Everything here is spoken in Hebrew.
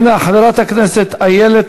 איילת